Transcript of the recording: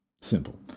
Simple